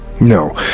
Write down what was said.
No